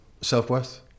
self-worth